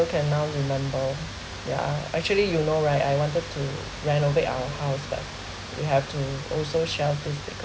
you can now remember yeah actually you know right I wanted to renovate our house but we have to also selfish because